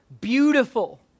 beautiful